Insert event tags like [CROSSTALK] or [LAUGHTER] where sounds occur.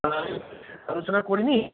[UNINTELLIGIBLE] আলোচনা করে নিই